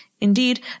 Indeed